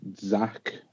Zach